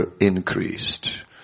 increased